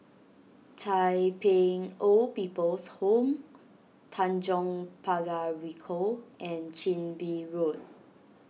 Tai Pei Old People's Home Tanjong Pagar Ricoh and Chin Bee Road